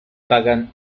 pagan